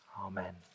Amen